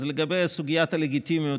לגבי סוגיית הלגיטימיות,